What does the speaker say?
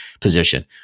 position